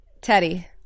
Teddy